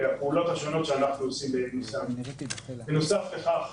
ובנוסף לכך,